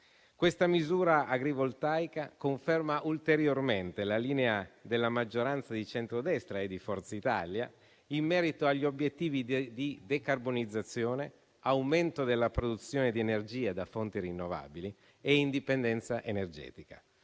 Questa misura agrivoltaica conferma ulteriormente la linea della maggioranza di centrodestra e di Forza Italia in merito agli obiettivi di decarbonizzazione, aumento della produzione di energia da fonti rinnovabili e indipendenza energetica.